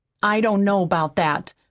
i don't know about that,